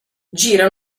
gira